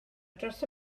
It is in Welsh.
dros